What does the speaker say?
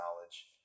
knowledge